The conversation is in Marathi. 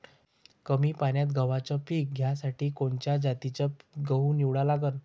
कमी पान्यात गव्हाचं पीक घ्यासाठी कोनच्या जातीचा गहू निवडा लागन?